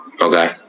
Okay